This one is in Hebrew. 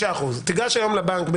גש היום לבנק,